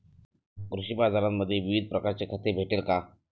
कृषी बाजारांमध्ये विविध प्रकारची खते भेटेल का?